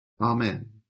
Amen